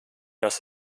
das